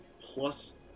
plus